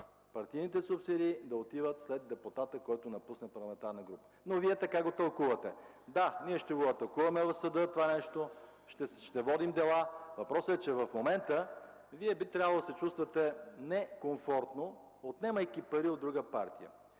партийните субсидии да отиват след депутат, който напуска парламентарната група. Но Вие така го тълкувате. Да, ние ще атакуваме това нещо в съда, ще водим дела. Въпросът е, че в момента Вие би трябвало да се чувствате некомфортно, отнемайки пари от друга партия.